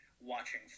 watching